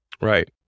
Right